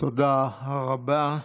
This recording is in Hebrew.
תודה רבה.